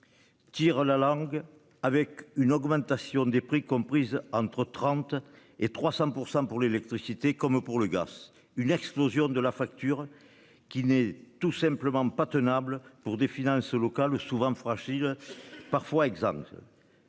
Tire la langue avec une augmentation des prix comprise entre 30 et 300% pour l'électricité, comme pour le gars. Une explosion de la facture qui n'est tout simplement pas tenable pour des finances locales souvent fragile parfois.-- Les